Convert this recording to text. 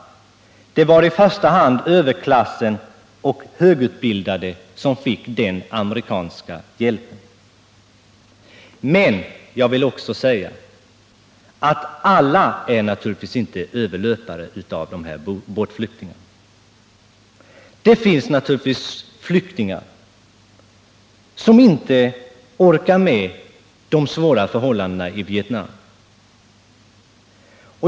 Det var i första hand överklassen och högutbildade som fick den amerikanska hjälpen. Jag vill också säga att alla båtflyktingar naturligtvis inte är överlöpare. Det finns givetvis flyktingar som inte orkar med de svåra förhållandena i Vietnam.